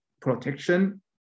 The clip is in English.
protection